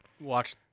watch